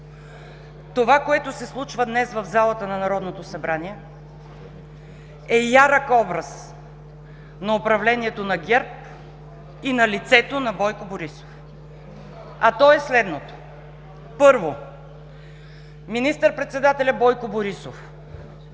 Това, което се случва днес в залата на Народното събрание, е ярък образ на управлението на ГЕРБ и на лицето на Бойко Борисов, а то е следното: Първо, министър-председателят Бойко Борисов